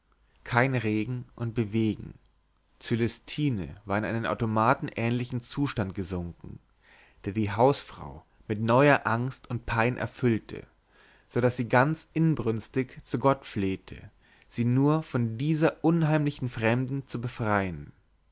kein regen und bewegen cölestine war in einen automatähnlichen zustand gesunken der die hausfrau mit neuer angst und pein erfüllte so daß sie ganz inbrünstig zu gott flehte sie nur von dieser unheimlichen fremden zu befreien